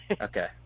Okay